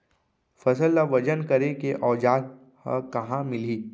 फसल ला वजन करे के औज़ार हा कहाँ मिलही?